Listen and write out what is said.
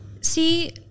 see